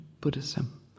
Buddhism